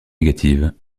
négative